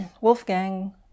Wolfgang